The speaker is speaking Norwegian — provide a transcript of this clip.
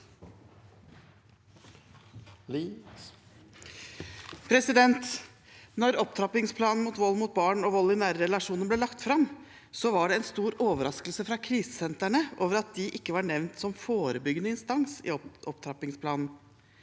Da opptrappingsplanen mot vold mot barn og vold i nære relasjoner ble lagt fram, var det stor overraskelse fra krisesentrene over at de ikke var nevnt som forebyggende instans i opptrappingsplanen.